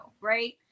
right